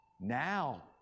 Now